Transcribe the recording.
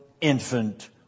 infant